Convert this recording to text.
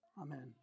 Amen